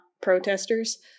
protesters